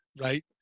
right